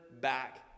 back